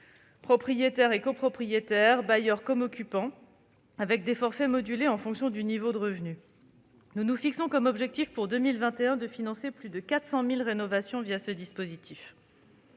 propriétaires et copropriétaires, bailleurs comme occupants, avec des forfaits modulés en fonction du niveau de revenus. Nous nous fixons comme objectif pour 2021 de financer plus de 400 000 rénovations ce dispositif.